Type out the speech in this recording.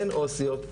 אין עו"סיות,